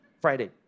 Friday